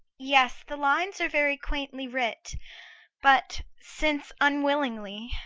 yes the lines are very quaintly writ but, since unwillingly,